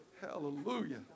Hallelujah